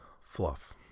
fluff